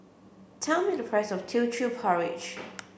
tell me the price of Teochew Porridge